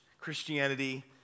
Christianity